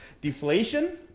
deflation